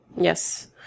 yes